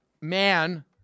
man